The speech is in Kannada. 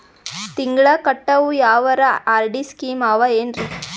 ತಿಂಗಳ ಕಟ್ಟವು ಯಾವರ ಆರ್.ಡಿ ಸ್ಕೀಮ ಆವ ಏನ್ರಿ?